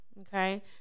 okay